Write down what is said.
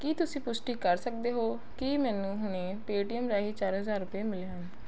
ਕੀ ਤੁਸੀਂ ਪੁਸ਼ਟੀ ਕਰ ਸਕਦੇ ਹੋ ਕੀ ਮੈਨੂੰ ਹੁਣੇ ਪੇਅ ਟੀ ਐੱਮ ਰਾਹੀਂ ਚਾਰ ਹਜ਼ਾਰ ਰੁਪਏ ਮਿਲੇ ਹਨ